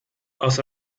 aus